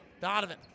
Donovan